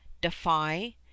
defy